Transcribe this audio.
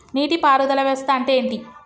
నీటి పారుదల వ్యవస్థ అంటే ఏంటి?